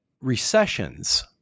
recessions